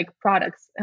products